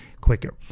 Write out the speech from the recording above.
quicker